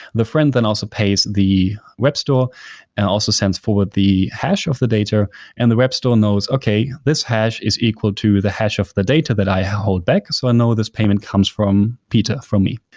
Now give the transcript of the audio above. the friend then also pays the web store and also sends forward the hash of the data and the web stores knows, okay. this hash is equal to the hash of the data that i hold back, so i know this payment comes from peter, from me,